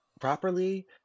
properly